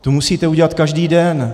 Tu musíte udělat každý den.